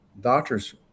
doctors